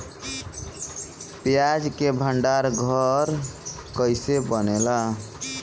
प्याज के भंडार घर कईसे बनेला?